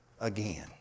again